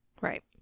Right